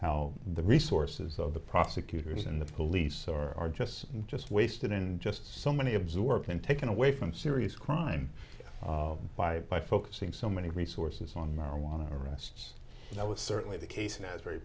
how the resources of the prosecutors and the police are just just wasted in just so many absorption taken away from serious crime by by focusing so many resources on marijuana arrests that was certainly the case in asbury